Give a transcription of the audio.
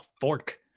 fork